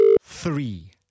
Three